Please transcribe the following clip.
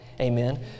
Amen